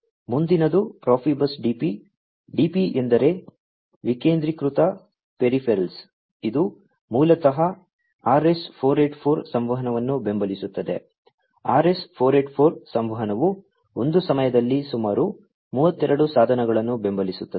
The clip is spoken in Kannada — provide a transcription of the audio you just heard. ಮುಂದಿನದು ಪ್ರೊಫಿಬಸ್ DP DP ಎಂದರೆ ವಿಕೇಂದ್ರೀಕೃತ ಪೆರಿಫೆರಲ್ಸ್ ಇದು ಮೂಲತಃ RS 484 ಸಂವಹನವನ್ನು ಬೆಂಬಲಿಸುತ್ತದೆ RS 484 ಸಂವಹನವು ಒಂದು ಸಮಯದಲ್ಲಿ ಸುಮಾರು 32 ಸಾಧನಗಳನ್ನು ಬೆಂಬಲಿಸುತ್ತದೆ